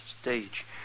stage